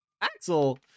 Axel